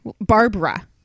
Barbara